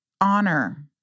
honor